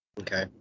Okay